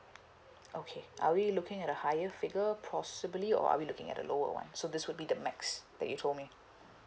okay are we looking at a higher figure possibly or are we looking at a lower one so this would be the max that you told me